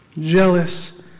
jealous